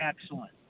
excellent